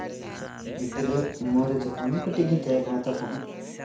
ᱜᱤᱫᱽᱨᱟᱹ ᱩᱢᱟᱹᱨ ᱨᱮ ᱡᱚᱠᱷᱚᱱ ᱠᱟᱹᱴᱤᱡ ᱜᱤᱧ ᱛᱟᱦᱮᱸ ᱠᱟᱱᱟ ᱛᱚᱠᱷᱚᱱ